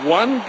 one